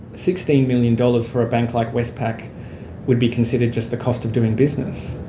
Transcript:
sixteen million dollars for a bank like westpac would be considered just the cost of doing business.